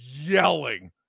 yelling